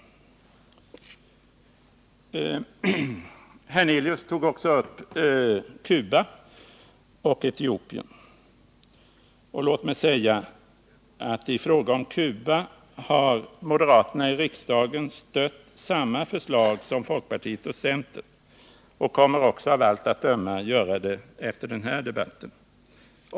Allan Hernelius tog också upp Cuba och Etiopien, och låt mig säga att i fråga om Cuba har moderaterna i riksdagen stött samma förslag som folkpartiet och centern och kommer också av allt att döma att göra det efter den här debatten.